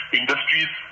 industries